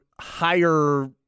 higher